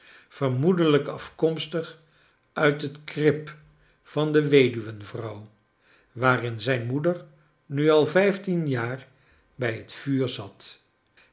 vermoedelijk afkomstig uit het krip van de weduwenrouw waarin zijn moeder nu al vijftien jaar bij het vuur zat